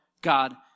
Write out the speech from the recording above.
God